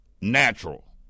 natural